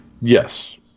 Yes